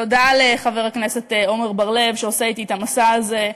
תודה לחבר הכנסת עמר בר-לב שעושה אתי את המסע הזה,